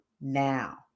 now